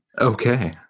Okay